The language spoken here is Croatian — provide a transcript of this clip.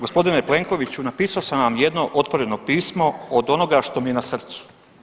Gospodine Plenkoviću napisao sam vam jedno otvoreno pismo od onoga što mi je na srcu.